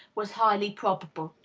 was highly probable.